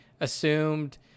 assumed